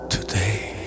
Today